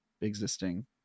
existing